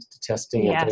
testing